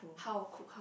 how how